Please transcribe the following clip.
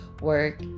work